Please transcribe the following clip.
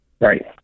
Right